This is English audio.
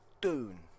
Dune